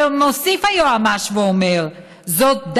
ומוסיף היועץ המשפטי ואומר: זאת,